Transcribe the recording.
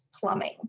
plumbing